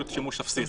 שימוש אפסי.